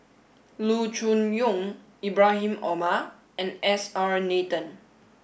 Loo Choon Yong Ibrahim Omar and S R Nathan